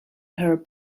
her